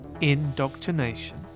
Indoctrination